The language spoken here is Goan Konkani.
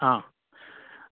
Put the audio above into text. आं